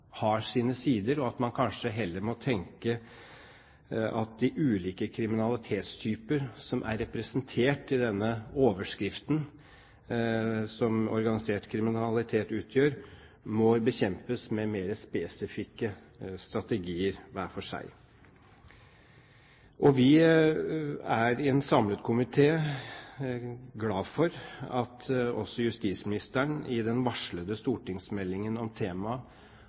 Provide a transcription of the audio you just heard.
har sine sider, og at man kanskje heller må tenke at de ulike kriminalitetstyper som er representert i denne overskriften som organisert kriminalitet utgjør, må bekjempes med mer spesifikke strategier hver for seg. Vi er i en samlet komité glad for at også justisministeren i den varslede stortingsmeldingen om temaet